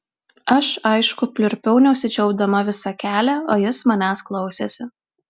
aš aišku pliurpiau neužsičiaupdama visą kelią o jis manęs klausėsi